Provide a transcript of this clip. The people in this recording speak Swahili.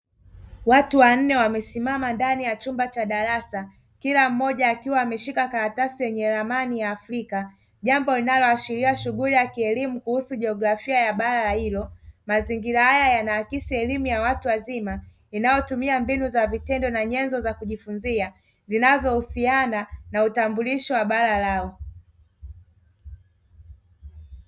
Watu wanne wamesimama ndani ya chumba cha darasa, kila mmoja akiwa ameshika karatasi yenye ramani ya Africa, jambo linaloashiria shughuli ya kielimu kuhusu jiografia ya bara hilo, mazingira haya yanaakisi elimu ya watu wazima inayotumia mbinu za vitendo na nyenzo za kujifunzia zinaohusiana na utambulisho wa bara lao.